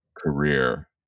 career